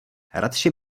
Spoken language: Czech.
radši